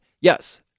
Yes